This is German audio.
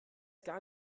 gar